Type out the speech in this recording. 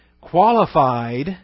qualified